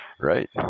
right